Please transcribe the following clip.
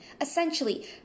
Essentially